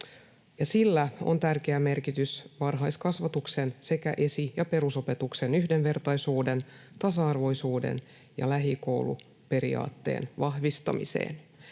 sillä on tärkeä merkitys varhaiskasvatuksen sekä esi‑ ja perusopetuksen yhdenvertaisuuden, tasa-arvoisuuden ja lähikouluperiaatteen vahvistamiseen.